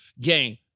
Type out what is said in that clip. game